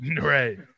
Right